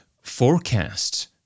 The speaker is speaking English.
forecast